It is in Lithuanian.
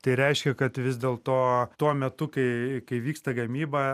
tai reiškia kad vis dėlto tuo metu kai kai vyksta gamyba